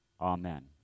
Amen